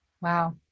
Wow